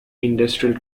industrial